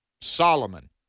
Solomon